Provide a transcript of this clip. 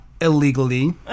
Illegally